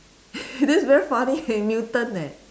that's very funny eh mutant eh